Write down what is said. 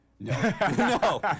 no